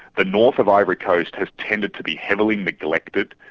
the north of ivory coast has tended to be heavily neglected,